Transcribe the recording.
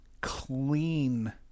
clean –